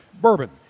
bourbon